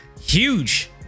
huge